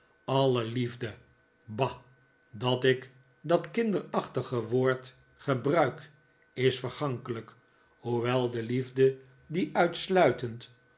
alle liefde bah dat ik dat kinderachtige woord gebruik is vergankelijk hoewel de liefde die uitsluitend